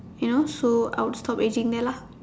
you know then I would stop aging there lah